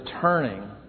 turning